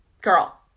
girl